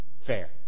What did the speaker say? fair